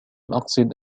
أقصد